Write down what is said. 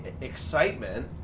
excitement